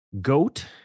GOAT